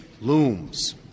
looms